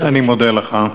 אני מודה לך.